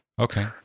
Okay